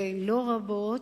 והן לא רבות,